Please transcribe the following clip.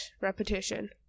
repetition